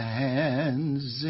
hands